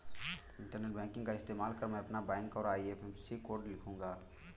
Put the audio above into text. internet banking का इस्तेमाल कर मैं अपना बैंक और आई.एफ.एस.सी कोड लिखूंगा